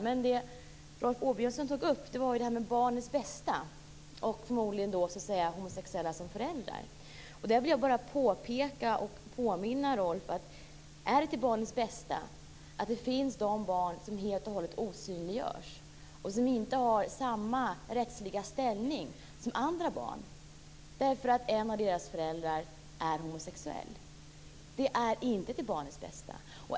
Rolf Åbjörnsson tog upp detta med barnens bästa och - förmodligen - homosexuella som föräldrar. Är det till barnens bästa att det finns barn som helt osynliggörs och som inte har samma rättsliga ställning som andra barn därför att en av föräldrarna är homosexuell? Det är inte till barnens bästa.